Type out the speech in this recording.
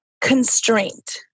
constraint